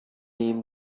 این